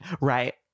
Right